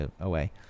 away